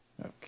Okay